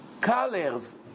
colors